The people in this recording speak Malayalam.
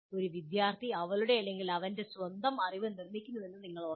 ഒരു വിദ്യാർത്ഥി അവളുടെ അല്ലെങ്കിൽ അവന്റെ സ്വന്തം അറിവ് നിർമ്മിക്കുന്നുവെന്ന് നിങ്ങൾ ഓർക്കണം